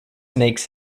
makes